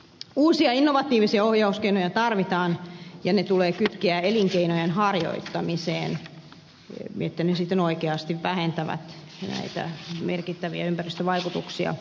uusia innovatiivisia ohjauskeinoja tarvitaan ja ne tulee kytkeä elinkeinojen harjoittamiseen niin että ne sitten oikeasti vähentävät näitä merkittäviä ympäristövaikutuksia